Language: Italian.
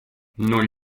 non